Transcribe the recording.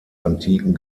antiken